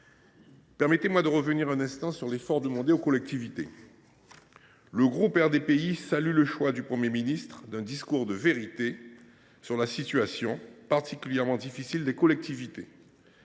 Permettez moi de revenir un instant sur l’effort demandé aux collectivités locales, mes chers collègues. Le groupe RDPI salue le choix du Premier ministre d’un discours de vérité sur la situation particulièrement difficile des collectivités.